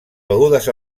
begudes